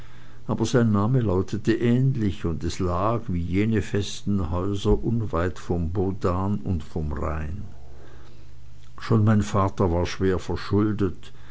aber sein name lautete ähnlich und es lag wie jene festen häuser unweit vom bodan und vom rhein schon mein vater war schwer verschuldet